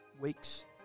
weeks